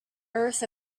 earth